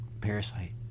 parasite